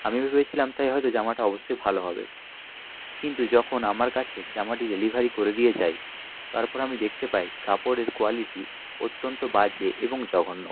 আমি ভেবেছিলাম তাই হয়তো জামাটা অবশ্যই ভালো হবে কিন্তু যখন আমার কাছে জামাটি ডেলিভারি করে দিয়ে যায় তারপর আমি দেখতে পাই কাপড়ের কোয়ালিটি অত্যন্ত বাজে এবং জঘন্য